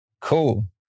Cool